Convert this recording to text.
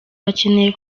bakeneye